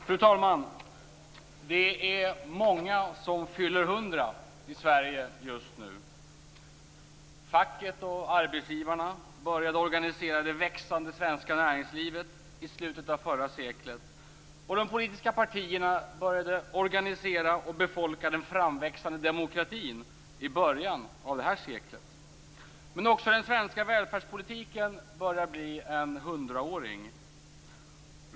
Fru talman! Det är många som fyller 100 år i Sverige just nu. Facket och arbetsgivarna började organisera det växande svenska näringslivet i slutet av förra seklet, och de politiska partierna började organisera och befolka den framväxande demokratin i början av det här seklet. Men också den svenska välfärdspolitiken börjar bli en hundraåring.